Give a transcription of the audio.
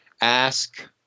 ask